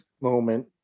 moment